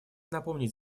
напомнить